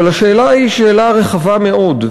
אבל השאלה היא שאלה רחבה מאוד,